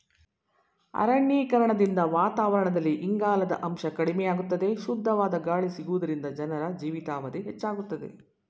ಅರಣ್ಯೀಕರಣದಿಂದ ವಾತಾವರಣದಲ್ಲಿ ಇಂಗಾಲದ ಅಂಶ ಕಡಿಮೆಯಾಗುತ್ತದೆ, ಶುದ್ಧವಾದ ಗಾಳಿ ಸಿಗುವುದರಿಂದ ಜನರ ಜೀವಿತಾವಧಿ ಹೆಚ್ಚಾಗುತ್ತದೆ